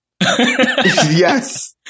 Yes